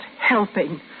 helping